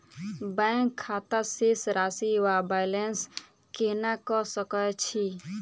Bank खाता शेष राशि वा बैलेंस केना कऽ सकय छी?